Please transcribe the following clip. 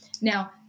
Now